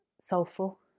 soulful